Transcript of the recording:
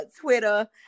Twitter